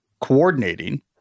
coordinating